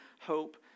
Hope